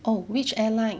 oh which airline